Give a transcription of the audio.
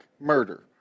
murder